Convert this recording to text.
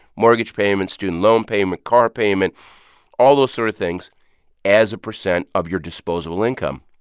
mortgage payments, student loan payment, car payment all those sort of things as a percent of your disposable income.